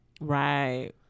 Right